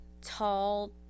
tall